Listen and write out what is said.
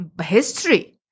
history